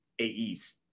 AEs